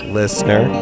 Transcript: listener